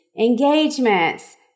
engagements